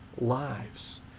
lives